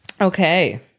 Okay